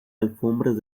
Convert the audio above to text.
alfombras